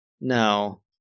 no